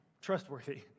trustworthy